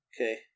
Okay